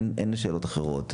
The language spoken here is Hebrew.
אין שאלות אחרות.